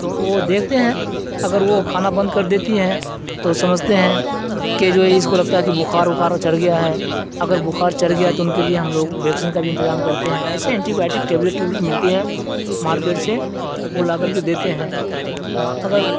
تو وہ دیکھتے ہیں اگر وہ کھانا بند کر دیتی ہیں تو سمجھتے ہیں کہ جو ہے یہ اس کو لگتا ہے کہ بخار بخار اور چڑھ گیا ہے اگر بخار چڑھ گیا تو ان کے لیے ہم لوگ ویکسین کا بھی انتظام کرتے ہیں ایسے اینٹی بایوٹک ٹیبلیٹ ٹوبلیٹ ملتی ہے مارکیٹ سے وہ لا کر کے دیتے ہاں اگر